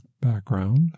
background